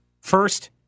First